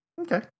Okay